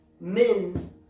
men